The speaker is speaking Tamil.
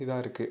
இதாக இருக்குது